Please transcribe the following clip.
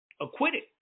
Acquitted